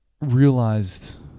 realized